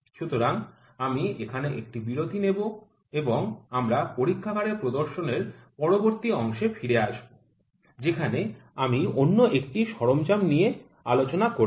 সুতরাং আমি এখানে একটি বিরতি নেব এবং আমরা পরীক্ষাগারে প্রদর্শনের পরবর্তী অংশে ফিরে আসব যেখানে আমি অন্য একটি সরঞ্জাম নিয়ে আলোচনা করব